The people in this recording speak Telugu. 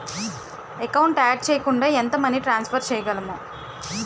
ఎకౌంట్ యాడ్ చేయకుండా ఎంత మనీ ట్రాన్సఫర్ చేయగలము?